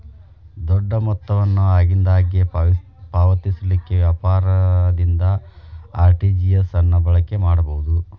ದೊಡ್ಡ ಮೊತ್ತವನ್ನು ಆಗಿಂದಾಗ ಪಾವತಿಸಲಿಕ್ಕೆ ವ್ಯಾಪಾರದಿಂದ ಆರ್.ಟಿ.ಜಿ.ಎಸ್ ಅನ್ನ ಬಳಕೆ ಮಾಡಬಹುದು